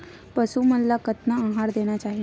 पशु मन ला कतना आहार देना चाही?